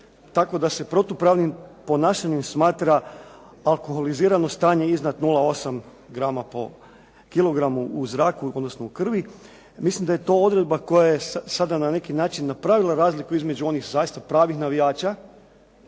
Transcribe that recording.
tako da se protupravnim ponašanjem smatra alkoholizirano stanje iznad 0,8 grama po kg u zraku, odnosno u krvi, mislim da je to odredba koja je sada napravila razliku između onih zaista pravih navijača